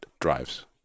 drives